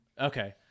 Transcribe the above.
Okay